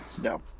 No